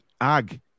AG